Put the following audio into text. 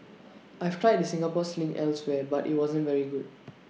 I've tried the Singapore sling elsewhere but IT wasn't very good